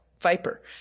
Viper